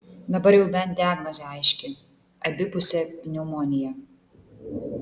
dabar jau bent diagnozė aiški abipusė pneumonija